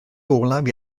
olaf